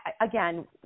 again